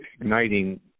igniting